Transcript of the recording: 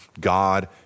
God